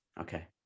Okay